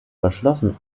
verschlossen